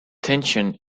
tension